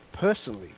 personally